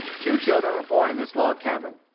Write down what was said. two children were born in this log cabin.